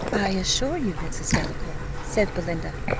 i assure you, mrs. delacour, said belinda,